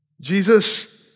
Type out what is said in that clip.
Jesus